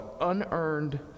unearned